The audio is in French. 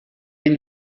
une